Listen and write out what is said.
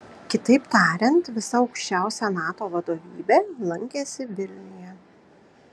kitaip tariant visa aukščiausia nato vadovybė lankėsi vilniuje